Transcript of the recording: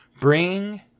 bring